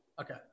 okay